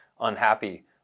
unhappy